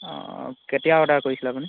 অঁ অঁ কেতিয়া অৰ্ডাৰ কৰিছিলে আপুনি